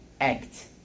act